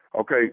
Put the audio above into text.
Okay